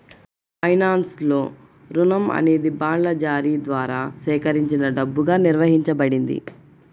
ఫైనాన్స్లో, రుణం అనేది బాండ్ల జారీ ద్వారా సేకరించిన డబ్బుగా నిర్వచించబడింది